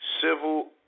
civil